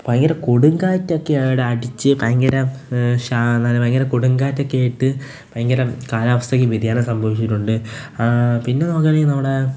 ഭയങ്കര കൊടുങ്കാറ്റൊക്കെയാണ് അടിച്ച് ഭയങ്കര ഭയങ്കര കൊടുങ്കാറ്റൊക്കെയായിട്ട് ഭയങ്കര കാലാവസ്ഥയ്ക്ക് വ്യതിയാനം സംഭവിച്ചിട്ടുണ്ട് പിന്നെ നോക്കാണെങ്കില് നമ്മുടെ